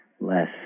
less